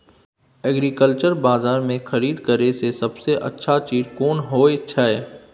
Agriculture बाजार में खरीद करे से सबसे अच्छा चीज कोन होय छै?